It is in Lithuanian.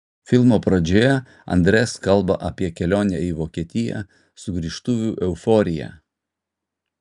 filmo pradžioje andres kalba apie kelionę į vokietiją sugrįžtuvių euforiją